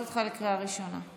איפה גוב האריות?